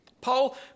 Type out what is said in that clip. Paul